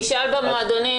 תשאל במועדונים,